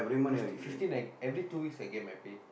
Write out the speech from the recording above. fifteen fifteen I every two weeks I get my pay